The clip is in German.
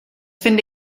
finde